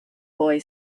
boy